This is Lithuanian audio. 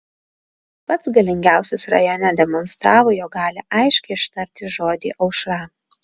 pats galingiausias rajone demonstravo jog gali aiškiai ištarti žodį aušra